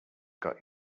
got